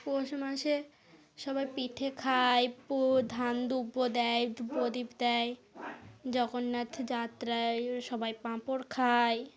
পৌষ মাসে সবাই পিঠে খায় পো ধান দুব্বো দেয় প্রদীপ দেয় জগন্নাথ যাত্রায় সবাই পাঁপড় খায়